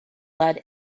lead